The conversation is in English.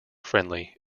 friendly